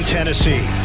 Tennessee